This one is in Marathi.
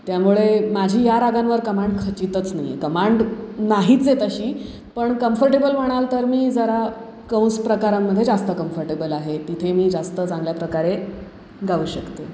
त्यामुळे माझी या रागांवर कमांड खचितच नाही आहे कमांड नाहीच आहे तशी पण कम्फर्टेबल म्हणाल तर मी जरा कंस प्रकारांमध्ये जास्त कम्फर्टेबल आहे तिथे मी जास्त चांगल्या प्रकारे गाऊ शकते